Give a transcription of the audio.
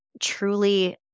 truly